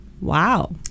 Wow